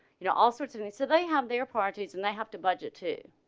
you know all sorts of any so they have their parties and they have to budget too